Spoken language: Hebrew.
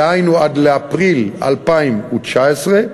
דהיינו עד אפריל 2019,